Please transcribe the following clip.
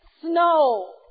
snow